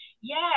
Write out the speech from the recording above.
Yes